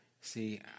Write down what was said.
See